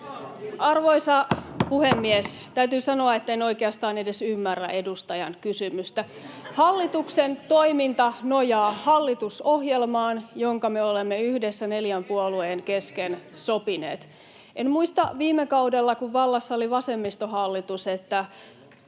koputtaa] Täytyy sanoa, että en oikeastaan edes ymmärrä edustajan kysymystä. [Hälinää — Naurua] Hallituksen toiminta nojaa hallitusohjelmaan, jonka me olemme yhdessä neljän puolueen kesken sopineet. En muista viime kaudelta, kun vallassa oli vasemmistohallitus,